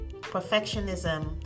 Perfectionism